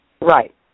Right